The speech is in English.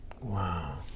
Wow